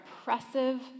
oppressive